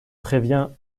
prévient